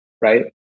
right